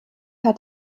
hat